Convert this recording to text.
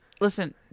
listen